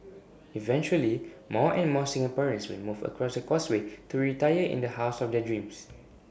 eventually more and more Singaporeans will move across the causeway to retire in the house of their dreams